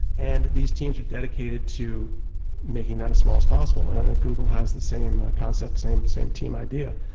and these teams are dedicated to making that as small as possible and google has the same concept, same same team idea.